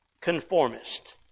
Conformist